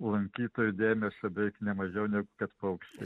lankytojų dėmesio beveik ne mažiau negu kad paukščiai